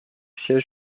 siège